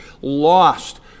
lost